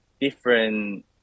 different